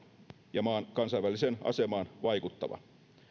ja maan kansainväliseen asemaan vaikuttava